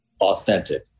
authentic